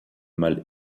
mal